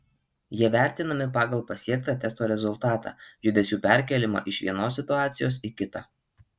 jie vertinami pagal pasiektą testo rezultatą judesių perkėlimą iš vienos situacijos į kitą